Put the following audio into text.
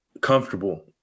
comfortable